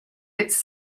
its